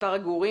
מספר הגורים.